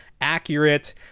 accurate